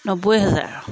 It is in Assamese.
নব্বৈ হেজাৰ